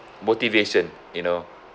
motivation you know